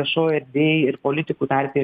viešoj erdvėj ir politikų tarpe